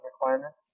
requirements